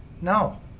No